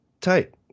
tight